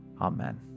amen